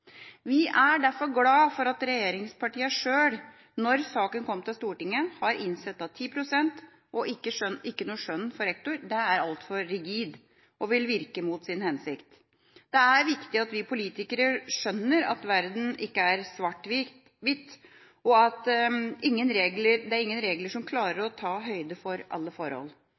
Vi er derfor glad for at regjeringspartiene sjøl, når saken kom til Stortinget, har innsett at 10 pst. og ikke noe skjønn for rektor er altfor rigid og vil virke mot sin hensikt. Det er viktig at vi politikere skjønner at verden ikke er svart-hvit, og at det ikke er noen regler som klarer å ta høyde for alle forhold.